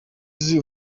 z’uyu